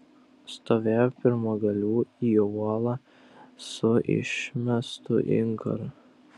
stovėjo pirmagaliu į uolą su išmestu inkaru